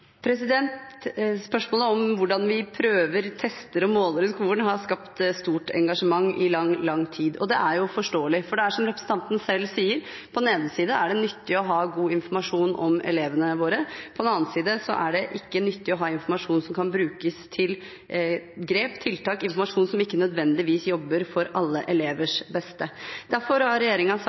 Spørsmålet om hvordan vi prøver, tester og måler i skolen, har skapt stort engasjement i lang, lang tid. Det er forståelig, for det er som representanten selv sier: På den ene side er det nyttig å ha god informasjon om elevene våre, på den annen side er det ikke nyttig å ha informasjon som kan brukes til grep og tiltak som ikke nødvendigvis jobber for alle elevers beste. Derfor har regjeringen sagt